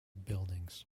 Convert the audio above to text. buildings